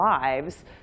lives